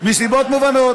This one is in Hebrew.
מסיבות מובנות,